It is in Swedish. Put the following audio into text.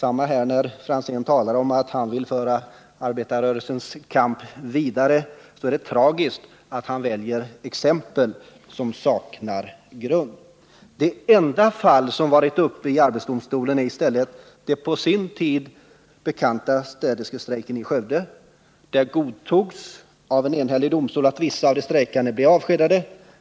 Det är tragikomiskt att Tommy Franzén väljer exempel som saknar grund när han talar om att han vill föra arbetsrörelsens kamp vidare. Det enda fall som har varit uppe i arbetsdomstolen är i stället den på sin tid bekanta städerskestrejken i Skövde. Då godtogs av en enhällig domstol att vissa av de strejkande blev avskedade.